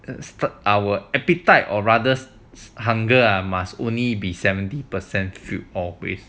it's our appetite or others hunger are must only be seventy percent filled or with